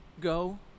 go